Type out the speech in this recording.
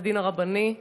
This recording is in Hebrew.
בית-הדין הרבני,